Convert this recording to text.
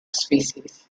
species